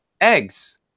Eggs